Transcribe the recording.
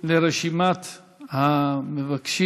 בהתאם לרשימת המבקשים.